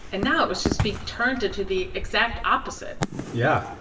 and now, it was just being turned into the exact opposite yeah,